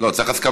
מה שהן רוצות.